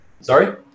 Sorry